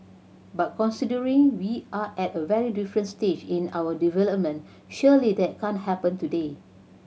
but considering we are at a very different stage in our development surely that can't happen today